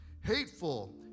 hateful